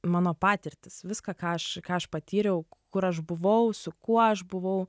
mano patirtis viską ką aš ką aš patyriau kur aš buvau su kuo aš buvau